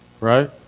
right